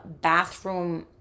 bathroom